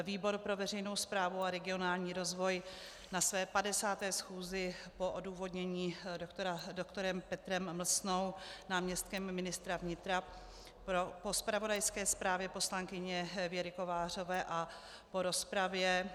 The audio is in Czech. Výbor pro veřejnou správu a regionální rozvoj na své 50. schůzi po odůvodnění doktorem Petrem Mlsnou, náměstkem ministra vnitra, po zpravodajské zprávě poslankyně Věry Kovářové a po rozpravě